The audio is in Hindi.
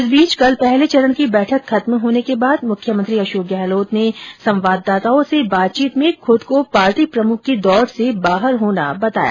इस बीच कल पहले चरण की बैठक खत्म होने के बाद मुख्यमंत्री अशोक गहलोत ने संवाददाताओं से बातचीत में खूद को पार्टी प्रमुख की दौड़ से बाहर बताया